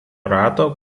rato